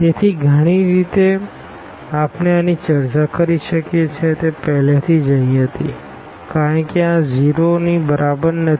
તેથી ઘણી રીતે આપણે આની ચર્ચા કરી શકીએ છીએ તે પહેલેથી જ અહીં હતી કારણ કે આ 0 ની બરાબર નથી